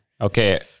Okay